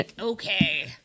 okay